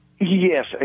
Yes